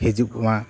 ᱦᱤᱡᱩᱜᱼᱢᱟ